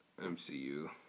MCU